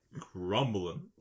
crumbling